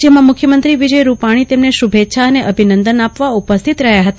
જેમાં મુખ્યમંત્રી વિજય રૂપાણી તેમને શુભેચ્છા અને અભિનંદન આપવા ઉપસ્થિત રહ્યા હતા